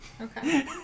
Okay